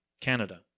Canada